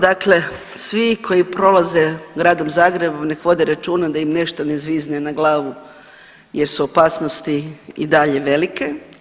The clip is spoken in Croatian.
Dakle, svi koji prolaze Gradom Zagrebom nek vode računa da im nešto ne zvizne na glavu jer su opasnosti i dalje velike.